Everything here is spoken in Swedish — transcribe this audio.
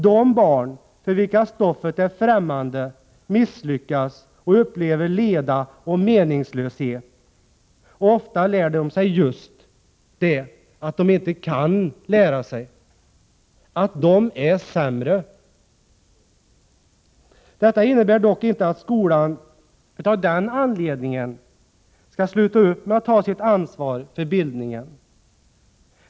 De barn för vilka stoffet är fftämmande misslyckas och upplever leda och meningslöshet. Ofta lär de sig just att de inte kan lära sig, att de är sämre. Detta innebär dock inte att skolan av den anledningen skall sluta att ta sitt ansvar för bildningen.